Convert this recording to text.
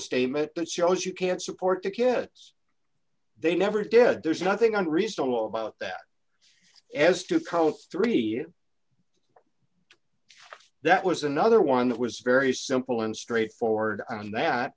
statement that shows you can't support the kids they never did there's nothing unreasonable about that as to count three that was another one that was very simple and straightforward and that